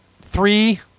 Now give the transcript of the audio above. three